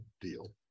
deal